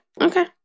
Okay